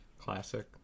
Classic